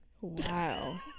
Wow